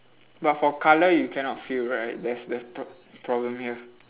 but for colour you cannot feel right that's that's prob~ the problem here